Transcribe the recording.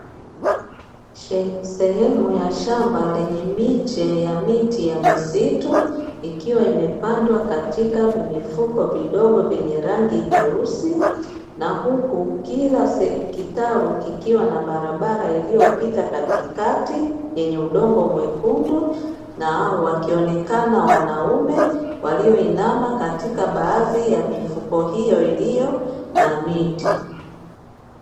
Sehemu ya shamba yenye miche ya miti ya misitu ikiwa imepandwa katika vifuko vidogo vyenye rangi nyeusi, na huku kila kitalu kikiwa na barabara iliyopita katikati yenye udongo mwekundu, na wakionekana wanaume walioinama katika baadhi ya mifuko hiyo iliyo na miti.